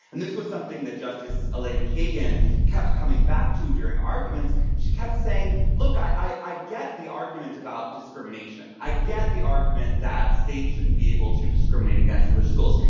and this was something that justice elena kagan kept coming back to during arguments. she kept saying, look, i i get the argument about discrimination. i get the argument that states shouldn't be able to discriminate against religious schools.